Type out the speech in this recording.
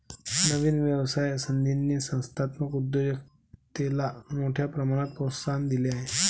नवीन व्यवसाय संधींनी संस्थात्मक उद्योजकतेला मोठ्या प्रमाणात प्रोत्साहन दिले आहे